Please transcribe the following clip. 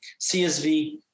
CSV